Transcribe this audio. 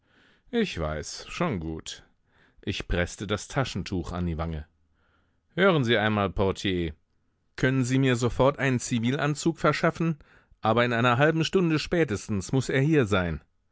ich weiß schon gut ich preßte das taschentuch an die wange hören sie einmal portier können sie mir sofort einen zivilanzug verschaffen aber in einer halben stunde spätestens muß er hier sein